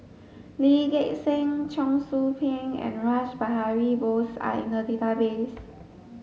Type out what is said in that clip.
Lee Gek Seng Cheong Soo Pieng and Rash Behari Bose are in the database